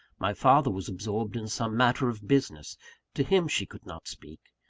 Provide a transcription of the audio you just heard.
my father was absorbed in some matter of business to him she could not speak.